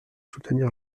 soutenir